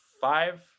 five